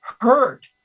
hurt